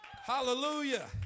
Hallelujah